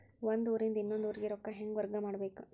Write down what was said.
ಒಂದ್ ಊರಿಂದ ಇನ್ನೊಂದ ಊರಿಗೆ ರೊಕ್ಕಾ ಹೆಂಗ್ ವರ್ಗಾ ಮಾಡ್ಬೇಕು?